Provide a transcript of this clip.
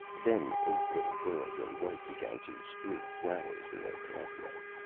then eight little girls in white began to strew flowers in their pathway.